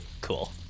Cool